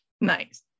Nice